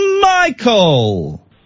Michael